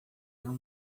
não